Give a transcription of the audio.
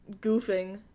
goofing